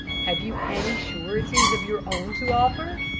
have you any sureties of your own to offer?